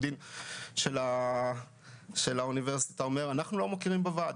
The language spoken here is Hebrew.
הדין של האוניברסיטה אמר: אנחנו לא מכירים בוועד.